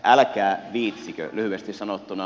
älkää viitsikö lyhyesti sanottuna